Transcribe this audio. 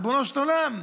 ריבונו של עולם,